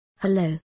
Hello